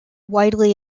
widely